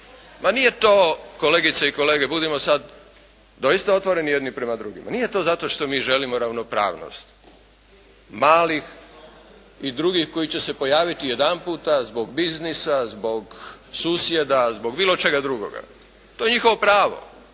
Pa nije to kolegice i kolege, budimo sad doista otvoreni jedni prema drugima. Nije to zato što mi želimo ravnopravnost. Malih i drugih koji će se pojaviti jedanputa zbog biznisa, zbog susjeda, zbog bilo čega drugoga. To je njihovo pravo.